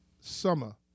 summer